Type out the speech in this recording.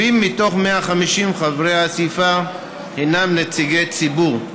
70 מתוך 150 חברי האספה הינם נציגי ציבור,